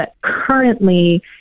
currently